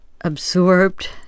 absorbed